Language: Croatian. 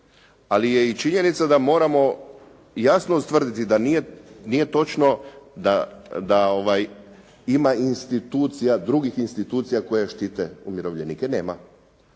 ali je i činjenica da moramo jasno ustvrditi da nije točno da ima institucija, drugih institucija koje štite umirovljenike. Nema.